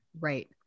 right